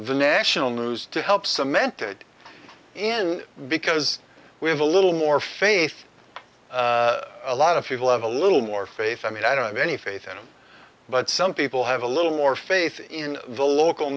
the national news to help cemented in because we have a little more faith a lot of people have a little more faith i mean i don't have any faith in him but some people have a little more faith in the local